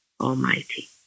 Almighty